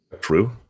True